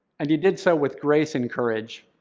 and you did so with grace and courage.